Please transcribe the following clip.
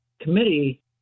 committee